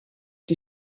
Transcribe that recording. die